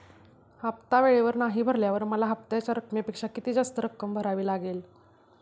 हफ्ता वेळेवर नाही भरल्यावर मला हप्त्याच्या रकमेपेक्षा किती जास्त रक्कम भरावी लागेल?